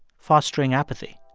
fostering apathy.